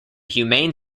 humane